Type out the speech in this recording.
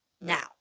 Now